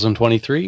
2023